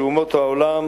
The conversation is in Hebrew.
שאומות העולם,